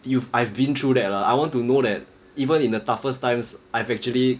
you I've been through that lah I want to know that even in the toughest times I've actually